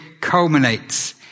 culminates